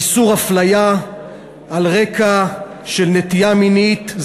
איסור הפליה על רקע של נטייה מינית,